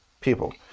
people